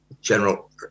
General